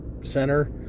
center